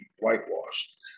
whitewashed